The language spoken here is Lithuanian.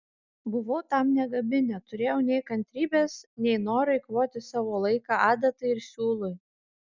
buvau tam negabi neturėjau nei kantrybės nei noro eikvoti savo laiką adatai ir siūlui